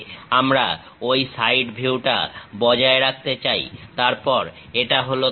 আমরা ঐ সাইড ভিউটা বজায় রাখতে চাই তারপর এটা হল তল